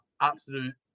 absolute